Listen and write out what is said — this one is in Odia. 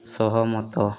ସହମତ